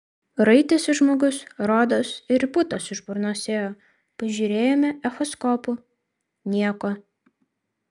raitėsi žmogus rodos ir putos iš burnos ėjo pažiūrėjome echoskopu nieko